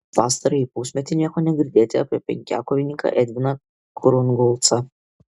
pastarąjį pusmetį nieko negirdėti apie penkiakovininką edviną krungolcą